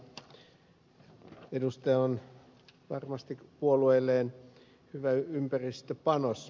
edustaja on varmasti puolueelleen hyvä ympäristöpanos